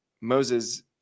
Moses